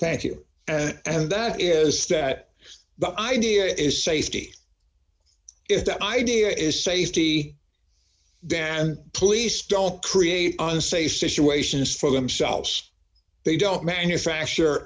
thank you and that is d that the idea is safety if the idea is safety dan police don't create unsafe situations for themselves they don't manufacture